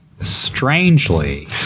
strangely